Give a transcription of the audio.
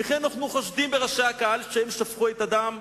וכי אנחנו חושדים בראשי הקהל שהם שפכו את הדם?.